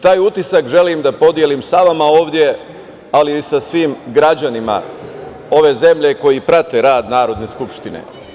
Taj utisak želim da podelim sa vama ovde, ali i sa svim građanima ove zemlje koji prate rad Narodne skupštine.